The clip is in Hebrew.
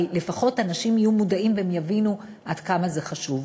אבל לפחות אנשים יהיו מודעים והם יבינו עד כמה זה חשוב.